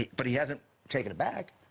but he hasn't taken it back.